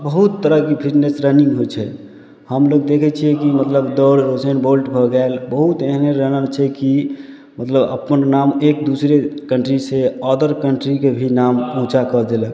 बहुत तरहके fitness running होइ छै हमलोग देखै छियै कि मतलब दौड़ हुसैन बोल्ट हो गेल बहुत एहन एहन रनर छै कि मतलब अपन नाम एक दूसरे कन्ट्री से अदर कन्ट्रीके भी नाम ऊँचा कऽ देलक